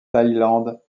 thaïlande